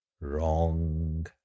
Wrong